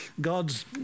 God's